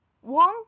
one